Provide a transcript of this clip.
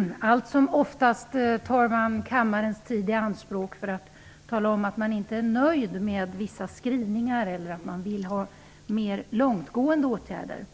Fru talman! Allt som oftast tar man kammarens tid i anspråk för att tala om att man inte är nöjd med vissa skrivningar eller att man vill ha mer långtgående åtgärder.